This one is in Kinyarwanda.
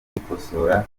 kwikosora